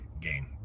game